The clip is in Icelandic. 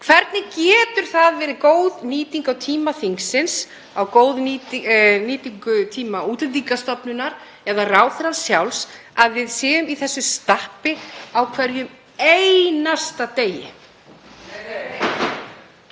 Hvernig getur það verið góð nýting á tíma þingsins, góð nýting á tíma Útlendingastofnunar eða ráðherrans sjálfs að við séum í þessu stappi á hverjum einasta degi?